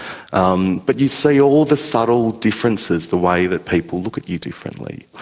um but you see all the subtle differences, the way that people look at you differently.